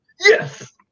yes